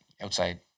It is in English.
outside